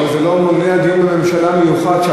נביא את אנשי אגף התקציבים.